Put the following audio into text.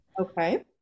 okay